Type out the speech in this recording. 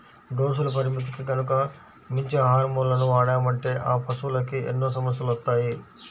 డోసుల పరిమితికి గనక మించి హార్మోన్లను వాడామంటే ఆ పశువులకి ఎన్నో సమస్యలొత్తాయి